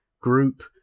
group